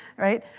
right?